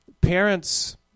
parents